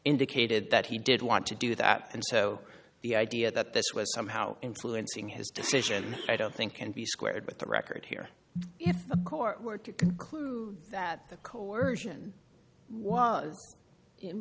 indicated that he did want to do that and so the idea that this was somehow influencing his decision i don't think can be squared with the record here court were to conclude that the